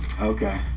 Okay